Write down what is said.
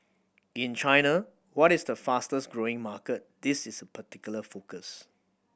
in China what is the fastest growing market this is a particular focus